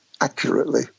accurately